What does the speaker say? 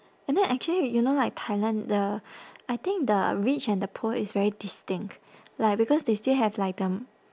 and then actually y~ you know like thailand the I think the rich and the poor is very distinct like because they still have like the m~